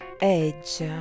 edge